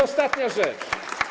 Ostatnia rzecz.